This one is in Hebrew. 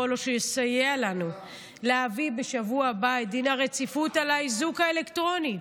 לו שיסייע לנו להביא בשבוע הבא את דין הרציפות על האיזוק האלקטרוני.